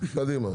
קדימה.